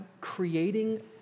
creating